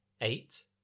eight